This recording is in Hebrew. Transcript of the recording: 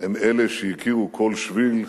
הם אלה שהכירו כמוהו כל שביל,